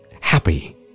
happy